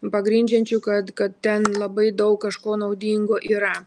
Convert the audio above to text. pagrindžiančių kad kad ten labai daug kažko naudingo yra